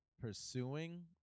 pursuing